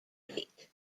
bait